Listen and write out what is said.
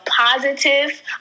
positive